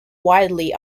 widely